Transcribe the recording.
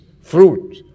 fruit